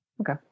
Okay